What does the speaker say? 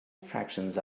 fractions